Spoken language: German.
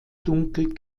dunkel